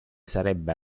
sarebbe